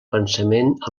pensament